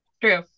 true